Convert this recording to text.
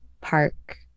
park